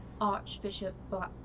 Archbishop